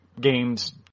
games